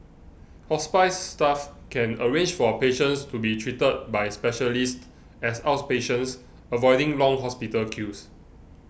hospice staff can arrange for patients to be treated by specialists as outpatients avoiding long hospital queues